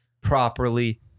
properly